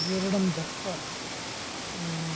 विवर्णं दत्वा